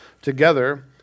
together